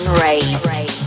raised